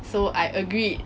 so I agreed